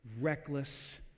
reckless